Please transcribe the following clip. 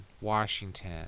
Washington